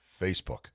Facebook